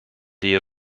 die